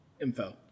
info